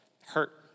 hurt